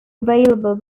available